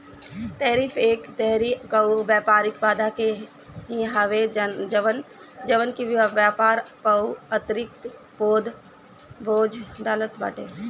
tariff एक तरही कअ व्यापारिक बाधा ही हवे जवन की व्यापार पअ अतिरिक्त बोझ डालत बाटे